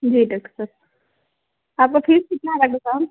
जी doctor आपका fees कितना है बताओ